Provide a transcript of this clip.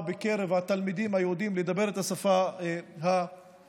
מקרב התלמידים היהודים לדבר את השפה הערבית,